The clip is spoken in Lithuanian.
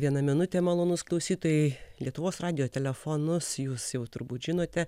viena minutė malonūs klausytojai lietuvos radijo telefonus jūs jau turbūt žinote